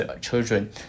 children